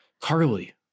Carly